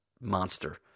monster